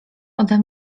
ode